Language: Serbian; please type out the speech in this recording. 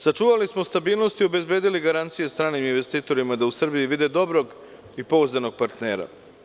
Sačuvali smo stabilnost i obezbedili garancije stranim investitorima da u Srbiji vide dobrog i pouzdanog partnera.